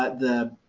ah the,